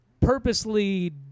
purposely